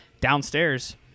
downstairs